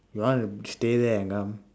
you want to stay there and come